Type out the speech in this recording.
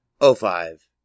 05